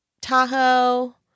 Tahoe